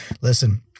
listen